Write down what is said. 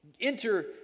Enter